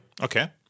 Okay